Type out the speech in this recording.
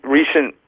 recent